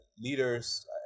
leaders